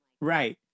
right